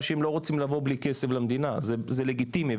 הם לא רוצים לבוא בלי כסף למדינה וזה לגיטימי,